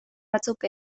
batzuk